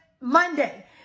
Monday